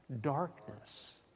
darkness